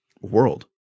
world